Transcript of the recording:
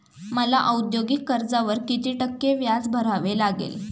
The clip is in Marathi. मला औद्योगिक कर्जावर किती टक्के व्याज भरावे लागेल?